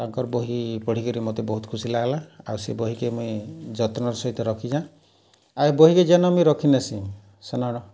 ତାଙ୍କର୍ ବହି ପଢ଼ିକିରି ମତେ ବହୁତ୍ ଖୁସି ଲାଗ୍ଲା ଆଉ ସେ ବହିକେ ମୁଇଁ ଯତ୍ନର ସହିତ ରଖିଛେଁ ଆଉ ବହିକେ ଯେନ ରଖିନେସିଁ ସେନ